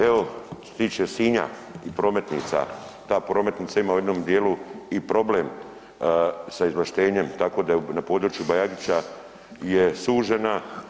Evo što se tiče Sinja i prometnica, ta prometnica ima u jednom dijelu i problem sa izvlaštenjem, tako da je na području BAjagića je sužena.